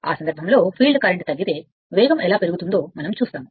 ఆ సందర్భంలో field current తగ్గుతుం వేగం ఎలా పెరుగుతుందో మనం చూస్తాము